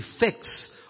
effects